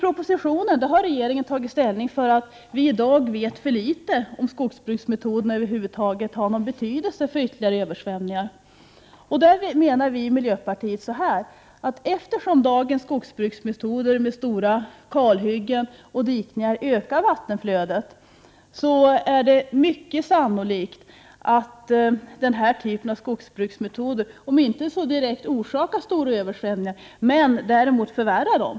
Regeringen har i propositionen sagt att vi i dag vet för litet om huruvida skogsbruksmetoderna över huvud taget har någon betydelse för fortsatta översvämningar. Vi i miljöpartiet menar att eftersom dagens skogsbruksmetoder med stora kalhyggen och dikningar ökar vattenflödet, är det mycket sannolikt att den typen av skogsbruksmetoder kanske inte direkt orsakar stora översvämningar, men att de förvärrar dessa.